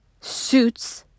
suits